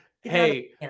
hey